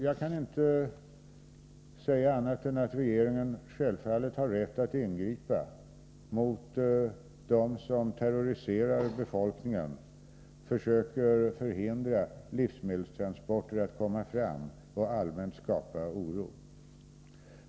Jag kan inte säga annat än att Mugabes regering självfallet har rätt att ingripa mot dem som terroriserar befolkningen, försöker förhindra livsmedelstransporter att komma fram och allmänt skapa oro.